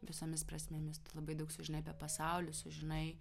visomis prasmėmis tu labai daug sužinai apie pasaulį sužinai